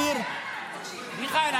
מיכאל.